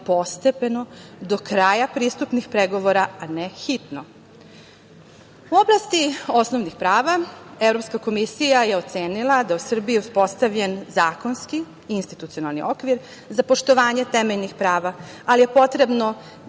postepeno, do kraja pristupnih pregovora, a ne hitno.U oblasti osnovnih prava Evropska komisija je ocenila da je u Srbiji uspostavljen zakonski i institucionalni okvir za poštovanje temeljnih prava, ali je potrebno